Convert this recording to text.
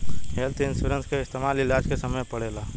health insurance के इस्तमाल इलाज के समय में पड़ेला